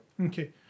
Okay